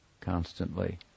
constantly